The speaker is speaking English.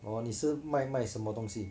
哦你是卖卖什么东西